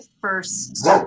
first